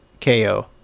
KO